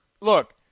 look